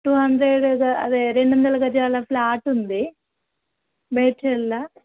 two hundred అదే రెండు వందల గజాల ఫ్లాట్ ఉంది మేడ్చల్లో